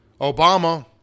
Obama